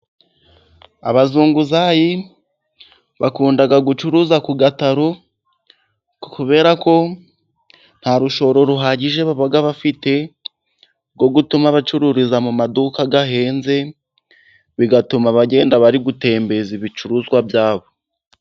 Abazunguzayi bakunda gucuruza ku gataro kubera ko nta rushoro ruhagije baba bafite rwo gutuma bacururiza mu maduka gahenze bigatuma abagenda bari gutemberaza ibicuruzwa byabo.